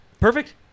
Perfect